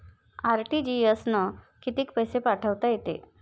RTGS न कितीक पैसे पाठवता येते?